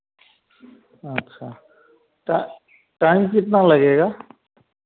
अच्छा टा टाइम कितना लगेगा